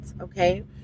okay